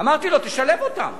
אמרתי לו: תשלב אותם.